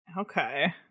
Okay